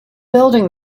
building